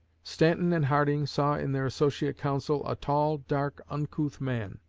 stanton and harding saw in their associate counsel a tall, dark, uncouth man,